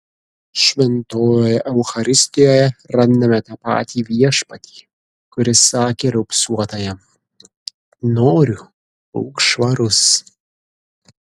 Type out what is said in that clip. šventojoje eucharistijoje randame tą patį viešpatį kuris sakė raupsuotajam noriu būk švarus